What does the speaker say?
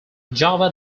java